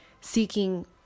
seeking